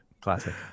Classic